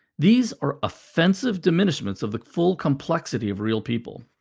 these are offensive diminishments of the full complexity of real people.